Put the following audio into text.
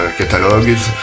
catalogues